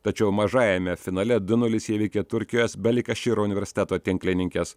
tačiau mažajame finale du nulis įveikė turkijos belikaširo universiteto tinklininkes